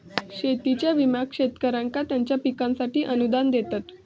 शेतीच्या विम्याक शेतकऱ्यांका त्यांच्या पिकांसाठी अनुदान देतत